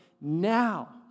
now